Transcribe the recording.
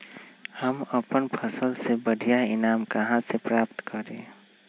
हम अपन फसल से बढ़िया ईनाम कहाँ से प्राप्त करी?